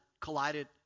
collided